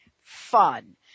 fun